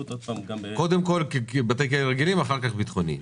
קודם כול בתי כלא רגילים, אחר כך ביטחוניים.